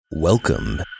Welcome